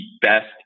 best